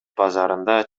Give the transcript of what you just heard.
базарында